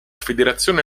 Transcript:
federazione